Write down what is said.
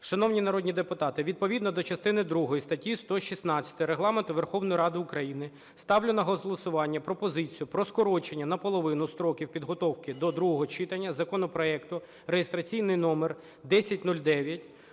Шановні народні депутати, відповідно до частини другої статті 116 Регламенту Верховної Ради України ставлю на голосування пропозицію про скорочення наполовину строків підготовки до другого читання законопроекту (реєстраційний номер 1009)